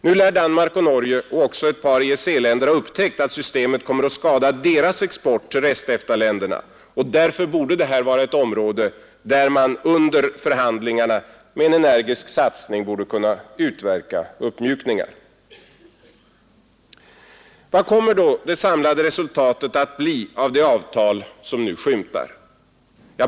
Nu lär Danmark och Norge och även ett par EEC-länder ha upptäckt att systemet kommer att skada deras export till rest-EFTA-länderna. Därför borde det här vara ett område där man under förhandlingarna med en energisk satsning kunde utverka uppmjukningar. Vad kommer då det samlade resultatet att bli av det avtal som nu skymtar?